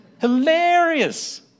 Hilarious